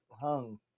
hung